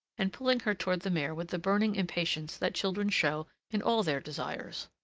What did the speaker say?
and pulling her toward the mare with the burning impatience that children show in all their desires.